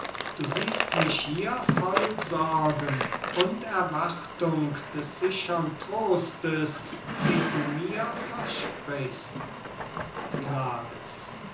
du siehst mich hier voll sorgen und erwartung des sichern trostes den du mir versprichst pylades